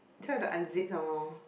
try to unzip some more